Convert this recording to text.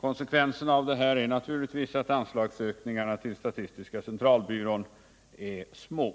Konsekvenserna av detta är naturligtvis att anslagsökningarna till statistiska centralbyrån är små.